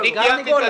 אני מבקש לדעת,